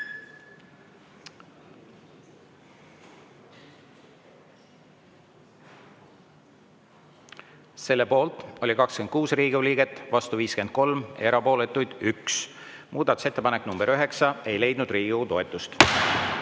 Selle poolt oli 26 Riigikogu liiget, vastu 53, erapooletuid 1. Muudatusettepanek nr 9 ei leidnud Riigikogu toetust.